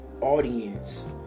audience